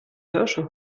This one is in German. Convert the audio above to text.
herrsche